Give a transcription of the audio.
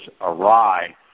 awry